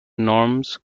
norms